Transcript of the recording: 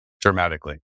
dramatically